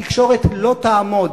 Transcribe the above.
התקשורת לא תעמוד